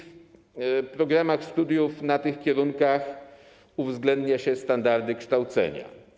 W programach studiów na tych kierunkach uwzględnia się standardy kształcenia.